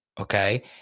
okay